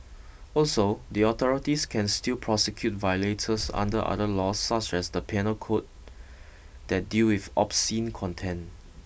also the authorities can still prosecute violators under other laws such as the Penal code that deal with obscene content